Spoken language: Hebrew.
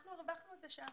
אנחנו הרווחנו את זה שם.